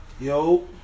Yo